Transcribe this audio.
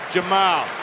Jamal